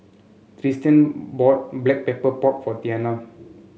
Tristian bought Black Pepper Pork for Tianna